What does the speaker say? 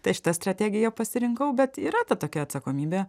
tai šitą strategiją pasirinkau bet yra ta tokia atsakomybė